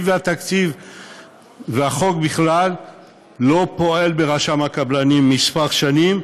והחוק בכלל לא פועל ברשם הקבלנים כמה שנים,